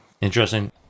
Interesting